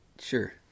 Sure